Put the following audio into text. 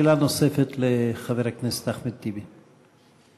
שאלה נוספת לחבר הכנסת אחמד טיבי.